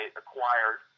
acquired